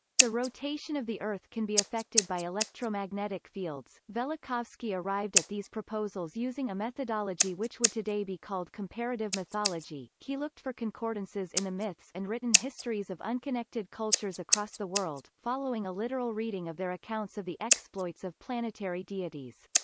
the rotation of the earth can be affected by electromagnetic fields velikovsky arrived at these proposals using a methodology which would today be called comparative mythology he looked for concordances in the myths and written histories of unconnected cultures across the world, following a literal reading of their accounts of the exploits of planetary deities.